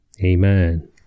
Amen